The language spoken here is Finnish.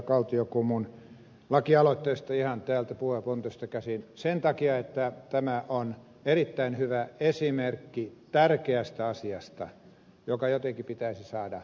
kaltiokummun lakialoitteesta ihan täältä puhujakorokkeelta käsin sen takia että tämä on erittäin hyvä esimerkki tärkeästä asiasta joka jotenkin pitäisi saada eteenpäin